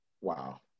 Wow